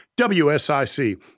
WSIC